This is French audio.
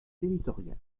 territorial